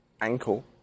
Ankle